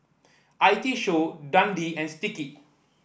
I T Show Dundee and Sticky